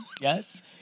yes